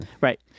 Right